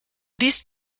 this